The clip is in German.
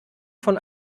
von